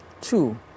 Two